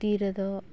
ᱛᱤ ᱨᱮᱫᱚ